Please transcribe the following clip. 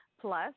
plus